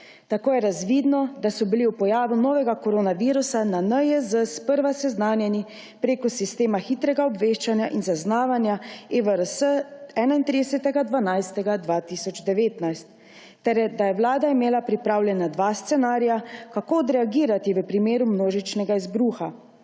Tako je razvidno, da so bili ob pojavu novega koronavirusa na NIJZ sprva seznanjeni prek sistema hitrega obveščanja in zaznavanja EVRS 31. 12. 2019 ter da je vlada imela pripravljena dva scenarija, kako odreagirati v primeru množičnega izbruha.